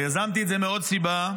אבל יזמתי את זה מעוד סיבה,